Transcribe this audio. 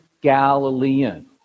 Galilean